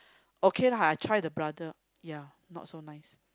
okay lah I try the brother ya not so nice